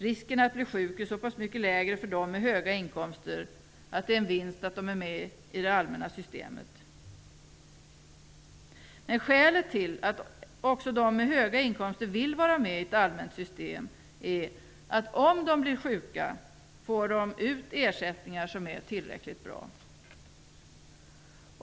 Risken att bli sjuk är så pass mycket lägre för dem med höga inkomster att det är en vinst att de är med i det allmänna systemet. Skälet till att också de med höga inkomster vill vara med i ett allmänt system är att om de blir sjuka, får de ut ersättningar som är tillräckligt bra.